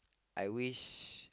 I wish